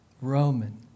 Roman